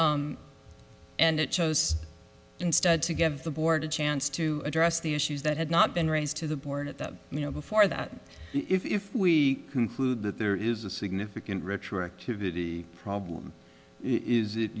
know and it chose instead to give the board a chance to address the issues that had not been raised to the born at that you know before that if we conclude that there is a significant retroactivity problem is it